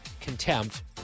contempt